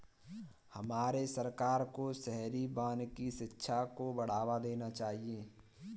हमारे सरकार को शहरी वानिकी शिक्षा को बढ़ावा देना चाहिए